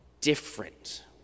different